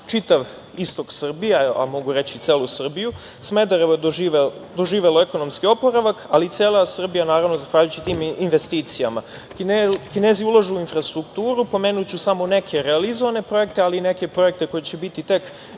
čitav istok Srbije, a mogu reći i celu Srbiju. Smederevo je doživelo ekonomski oporavak, ali i cela Srbija, zahvaljujući tim investicijama. Kinezi ulažu u infrastrukturu. Pomenuću samo neke realizovane projekte, ali i neke projekte koji će biti tek